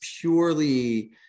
purely